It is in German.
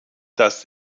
dass